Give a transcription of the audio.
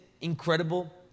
incredible